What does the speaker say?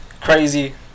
Crazy